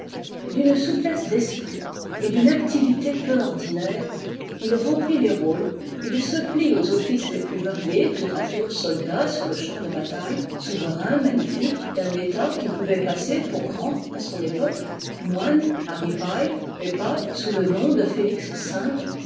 d'une souplesse d'esprit et d'une activité peu ordinaires il remplit les rôles il se plie aux offices les plus variés tour à tour soldat sur le champ de bataille souverain magnifique d'un état qui pouvait passer pour grand à son époque moine à ripaille et pape sous le nom de félix